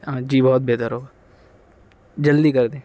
جی بہت بہتر ہوگا جلدی کردیں